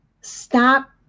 stop